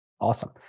awesome